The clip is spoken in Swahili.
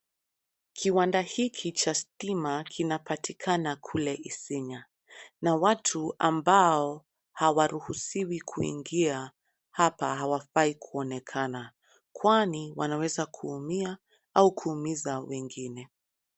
Kiwanda hiki cha stima kinapatikana kule Isinya na watu ambao hawaruhusiwi kuingia hapa hawafai kuonekana kwani wanaweza kuumia au kuumiza wengine.